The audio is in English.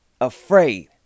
afraid